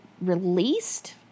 released